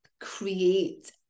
create